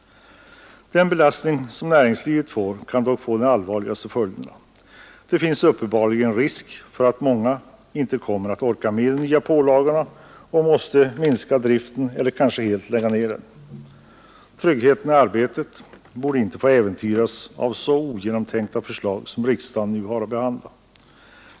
Den belastning som näringslivet får kan dock få de allvarligaste följderna. Det finns uppenbarligen risk för att många företag inte kommer att orka med de nya pålagorna och måste minska driften eller kanske helt lägga ner den. Tryggheten i arbetet borde inte få äventyras av så ogenomtänkta förslag som riksdagen nu har att behandla.